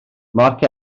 mark